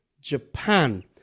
Japan